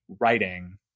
writing